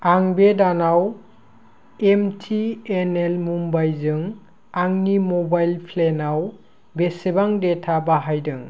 आं बे दानाव एमटिएनएल मुम्बाइजों आंनि मबाइल प्लेनाव बेसेबां डेटा बाहायदों